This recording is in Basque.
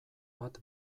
bat